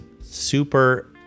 super